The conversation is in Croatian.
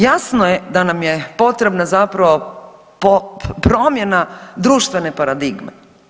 Jasno je da nam je potrebna zapravo promjena društvene paradigme.